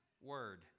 word